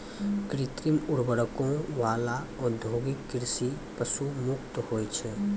कृत्रिम उर्वरको वाला औद्योगिक कृषि पशु मुक्त होय छै